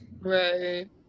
Right